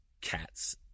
cats